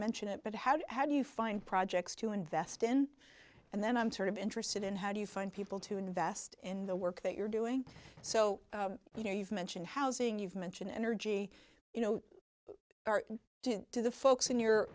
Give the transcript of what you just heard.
mention it but how do you find projects to invest in and then i'm sort of interested in how do you find people to invest in the work that you're doing so you know you've mentioned housing you've mentioned energy you know to do the folks in your